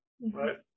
right